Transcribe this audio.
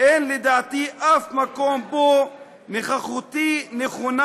אין לדעתי שום מקום שבו נוכחותי נכונה